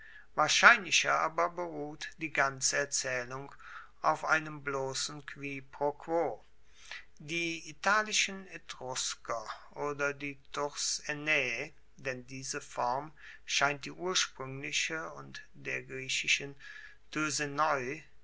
wahrscheinlicher aber beruht die ganze erzaehlung auf einem blossen quiproquo die italischen etrusker oder die turs ennae denn diese form scheint die urspruengliche und der griechischen